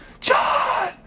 John